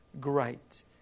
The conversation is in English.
great